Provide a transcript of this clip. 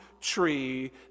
tree